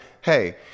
Hey